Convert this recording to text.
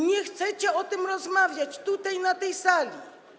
Nie chcecie o tym rozmawiać tutaj na tej sali.